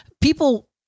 people